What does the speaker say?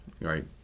right